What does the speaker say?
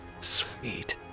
Sweet